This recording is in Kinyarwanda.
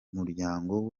muryango